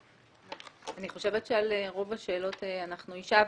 אני חושבת שעל ראש השאלות אנחנו השבנו.